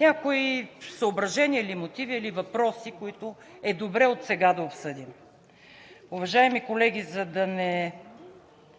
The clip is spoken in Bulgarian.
някои съображения или мотиви, или въпроси, които е добре отсега да обсъдим. Уважаеми колеги, за да не